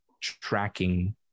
tracking